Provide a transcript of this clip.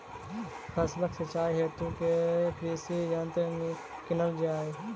फसलक सिंचाई हेतु केँ कृषि यंत्र कीनल जाए?